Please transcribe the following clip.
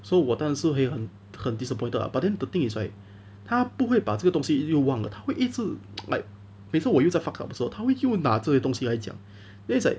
so 我当然是会很很 disappointed ah but then the thing is right 他不会把这个东西又忘了他会一直 like 每次我又在 fuck up 的时候他会拿这些东西来讲 then it's like